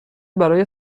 برای